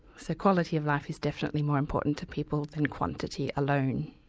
so quality of life is definitely more important to people than quantity alone.